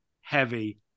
heavy